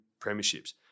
premierships